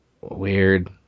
weird